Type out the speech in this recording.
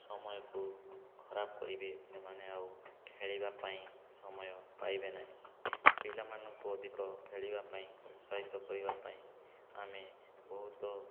ସମୟକୁ ଖରାପ କରିବେ ସେମାନେ ଆଉ ଖେଳିବା ପାଇଁ ସମୟ ପାଇବେ ନାହିଁ ପିଲାମାନଙ୍କୁ ଅଧିକ ଖେଳିବା ପାଇଁ ଉତ୍ସାହିତ କରିବା ପାଇଁ ଆମେ ବହୁତ